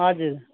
हजुर